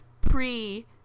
pre-